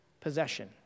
possession